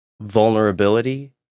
vulnerability